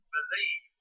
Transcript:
believe